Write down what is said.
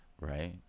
right